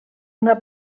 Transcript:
una